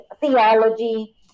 theology